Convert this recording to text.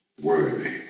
worthy